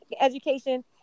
Education